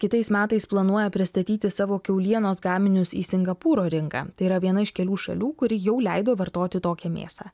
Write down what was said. kitais metais planuoja pristatyti savo kiaulienos gaminius į singapūro rinką tai yra viena iš kelių šalių kuri jau leido vartoti tokią mėsą